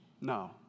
No